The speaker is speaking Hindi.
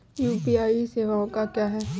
यू.पी.आई सवायें क्या हैं?